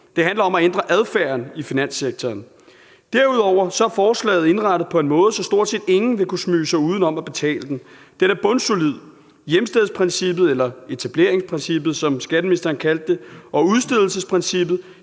Det handler om at ændre adfærden i finanssektoren. Derudover er forslaget indrettet på en måde, at stort set ingen vil kunne smyge sig uden om at betale den. Den er bundsolid. Hjemstedsprincippet eller etableringsprincippet, som skatteministeren kalder det, og udstedelsesprincippet